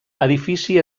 edifici